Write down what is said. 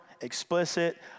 explicit